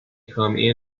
come